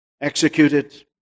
executed